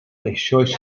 eisoes